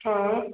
हा